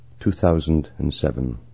2007